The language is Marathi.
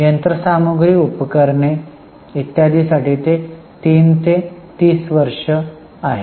यंत्रसामग्री उपकरणे इत्यादींसाठी ते 3 ते 30 वर्षे आहे